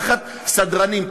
תחת סדרנים,